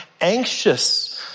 anxious